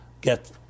get